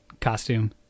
costume